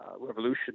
Revolution